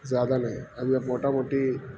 زیادہ نہیں اب موٹ موٹی